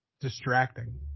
distracting